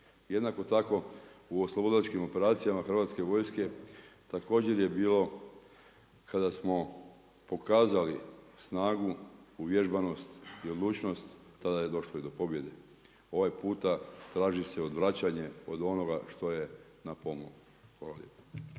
Jednako tako u oslobodilačkim operacijama hrvatske vojske, također je bilo kada smo pokazali snagu, uvježbanost, i odlučnost, tada je došlo i do pobjede. Ovaj puta traži se odvraćanje od onoga što je na pomolu.